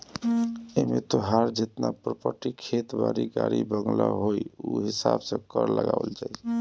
एमे तोहार जेतना प्रापर्टी खेत बारी, गाड़ी बंगला होई उ हिसाब से कर लगावल जाई